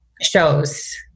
shows